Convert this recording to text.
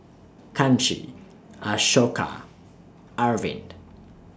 Kanshi Ashoka Arvind